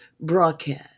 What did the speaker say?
broadcast